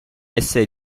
essere